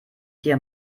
dir